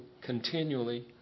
continually